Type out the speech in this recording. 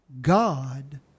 God